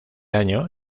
año